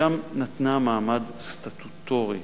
היא גם נתנה מעמד סטטוטורי